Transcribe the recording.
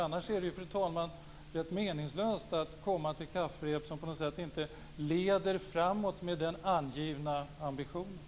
Annars är det ju, fru talman, rätt meningslöst att komma till kafferep som inte leder framåt med den angivna ambitionen.